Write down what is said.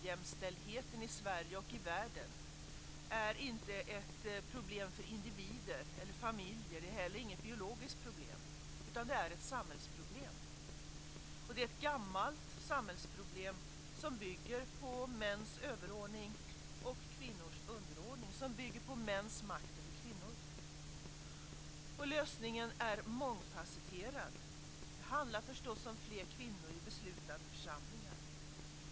Ojämställdheten i Sverige och i världen är inte ett problem för individer eller familjer. Den är inte heller något biologiskt problem, utan den är ett samhällsproblem. Ojämställdheten är ett gammalt samhällsproblem som bygger på mäns överordning och kvinnors underordning. Den bygger på mäns makt över kvinnor. Lösningen är mångfasetterad. Det handlar förstås om fler kvinnor i beslutande församlingar.